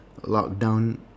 lockdown